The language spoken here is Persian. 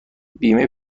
بیمه